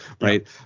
right